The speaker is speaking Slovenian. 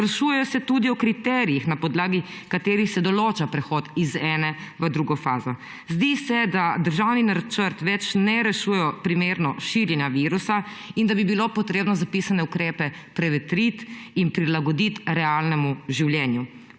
Sprašujejo se tudi o kriterijih, na podlagi katerih se določa prehod iz ene faze v drugo. Zdi se, da državni načrt ne rešuje več primerno širjenja virusa in da bi bilo potrebno zapisane ukrepe prevetriti in prilagoditi realnemu življenju.